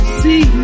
see